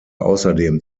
außerdem